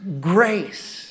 grace